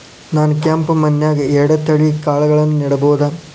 ನಾನ್ ಕೆಂಪ್ ಮಣ್ಣನ್ಯಾಗ್ ಎರಡ್ ತಳಿ ಕಾಳ್ಗಳನ್ನು ನೆಡಬೋದ?